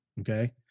Okay